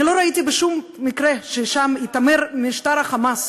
אני לא ראיתי בשום מקרה שבו התעמר משטר ה"חמאס"